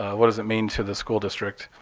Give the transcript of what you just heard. what does it mean to the school district?